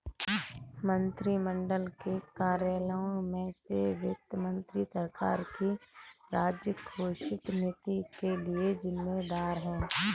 मंत्रिमंडल के कार्यालयों में से वित्त मंत्री सरकार की राजकोषीय नीति के लिए जिम्मेदार है